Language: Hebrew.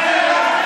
בושה.